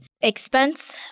expense